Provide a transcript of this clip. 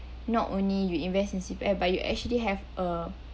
not only you invest in C_P_F but you actually have a